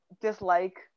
dislike